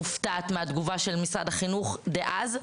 מופתעת מהתגובה של משרד החינוך דאז,